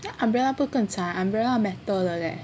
then umbrella 不是更惨 umbrella metal 的 leh